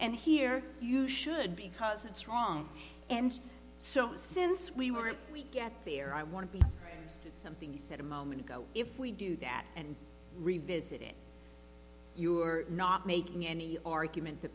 and here you should because it's wrong and so since we weren't we get there i want to be something you said a moment ago if we do that and revisit it you are not making any argument